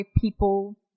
people